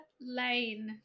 Lane